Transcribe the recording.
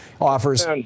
offers